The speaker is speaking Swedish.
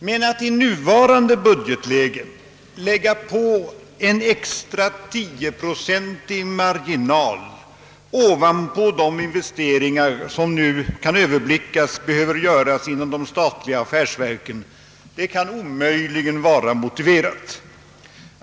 Men att i nuvarande budgetläge lägga en extra 10-procentig marginal ovanpå de investeringar, som enligt vad som nu kan överblickas behöver göras inom de statliga affärsverken, kan omöjligen vara motiverat.